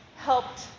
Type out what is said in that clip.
helped